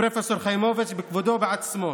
פרופ' חיימוביץ' בכבודו ובעצמו.